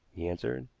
he answered.